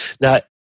Now